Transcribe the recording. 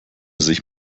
sich